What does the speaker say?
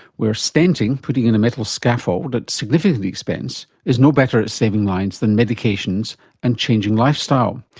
where stenting, putting in a metal scaffold at significant expense, is no better at saving lives than medications and changing lifestyle.